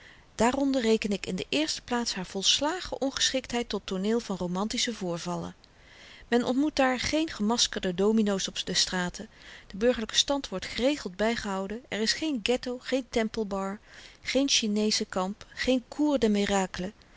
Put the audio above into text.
daaronder reken ik in de eerste plaats haar volslagen ongeschiktheid tot tooneel van romantische voorvallen men ontmoet daar geen gemaskerde dominoos op de straten de burgerlyke stand wordt geregeld bygehouden er is geen ghetto geen templebar geen chinesche kamp geen